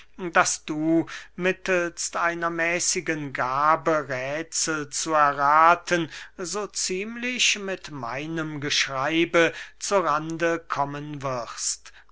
daß du mittelst einer mäßigen gabe räthsel zu errathen so ziemlich mit meinem geschreibe zu rande kommen wirst